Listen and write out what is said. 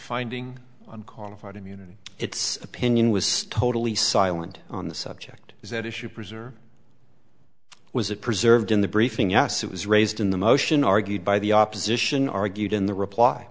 finding and call a fight immunity its opinion was totally silent on the subject is that issue preserved was it preserved in the briefing yes it was raised in the motion argued by the opposition argued in the reply